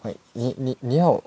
like 你你你要